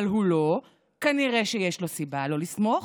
אבל הוא לא, כנראה שיש לו סיבה לא לסמוך,